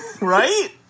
Right